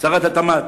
המסחר והתעסוקה.